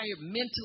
mentally